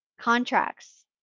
Contracts